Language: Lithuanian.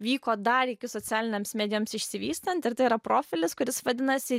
vyko dar iki socialinėms medijoms išsivystant ir tai yra profilis kuris vadinasi